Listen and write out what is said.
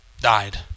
Died